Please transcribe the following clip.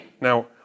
Now